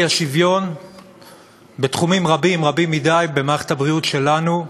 האי-שוויון בתחומים רבים מדי במערכת הבריאות שלנו,